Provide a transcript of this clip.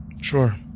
Sure